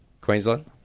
queensland